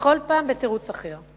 וכל פעם בתירוץ אחר.